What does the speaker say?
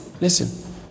listen